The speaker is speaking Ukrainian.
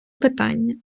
питання